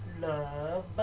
love